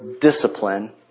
discipline